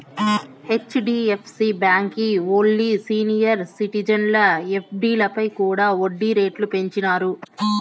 HDFC బాంకీ ఓల్లు senior సిటిజన్ల ఎఫ్డీలపై కూడా ఒడ్డీ రేట్లు పెంచినారు